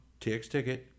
TXTicket